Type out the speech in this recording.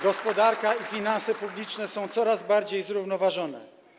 Gospodarka i finanse publiczne są coraz bardziej zrównoważone.